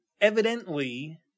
evidently